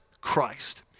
Christ